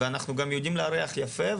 ואנחנו גם יודעים לארח יפה.